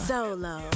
Solo